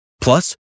Plus